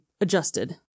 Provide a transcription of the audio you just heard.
adjusted